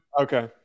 Okay